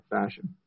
fashion